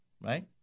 Right